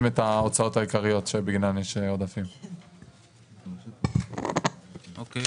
הנושא סודר, תוקצב, אין בעיות.